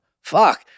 Fuck